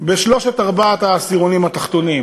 בשלושת-ארבעת העשירונים התחתונים.